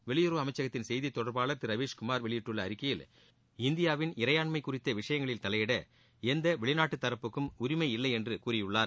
வெளியுறவு அமைச்சகத்தின் செய்தி தொடர்பாளர் திரு ரவீஸ்குமார் வெளியிட்டுள்ள அறிக்கையில் இந்தியாவின் இறையாண்மை குறித்த விஷயங்களில் தலையிட எந்த வெளிநாட்டு தரப்புக்கும் உரிமை இல்லை என்று கூறியுள்ளார்